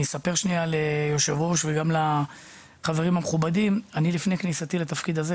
אני אספר ליו"ר וגם לחברים המכובדים: לפני כניסתי לתפקיד הזה,